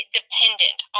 dependent